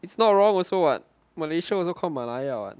it's not wrong also [what] malaysia also called 马来亚 [what]